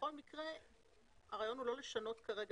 בכל מקרה הרעיון הוא לא לשנות כרגע